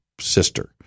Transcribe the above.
sister